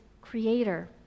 creator